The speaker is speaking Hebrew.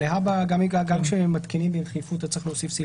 אבל להבא גם כשמתקינים בדחיפות צריך להוסיף סעיף תחילה.